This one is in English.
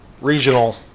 regional